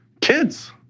kids